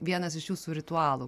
vienas iš jūsų ritualų